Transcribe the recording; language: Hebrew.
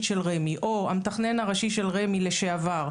של רמ"י או המתכנן הראשי של רמ"י לשעבר,